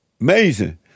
Amazing